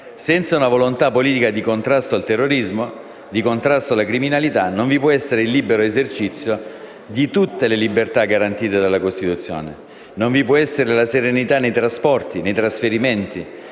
Senza una volontà politica di contrasto al terrorismo, di contrasto alla criminalità, non vi può essere il libero esercizio di tutte le libertà garantite dalla Costituzione. Non vi può essere la serenità nei trasporti, nei trasferimenti.